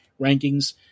rankings